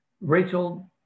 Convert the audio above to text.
Rachel